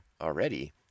already